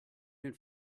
den